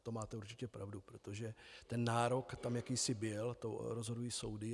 To máte určitě pravdu, protože nárok tam jakýsi byl, to rozhodují soudy.